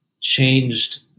changed